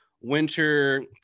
winter